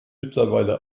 mittlerweile